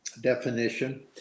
definition